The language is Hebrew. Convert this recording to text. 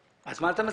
מה אתה מציע?